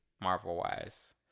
Marvel-wise